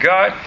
God